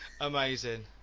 Amazing